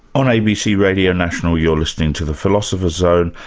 on abc radio national, you're listening to the philosopher's zone,